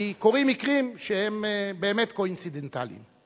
כי קורים מקרים שהם באמת כה אינצידנטליים.